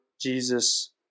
Jesus